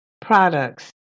products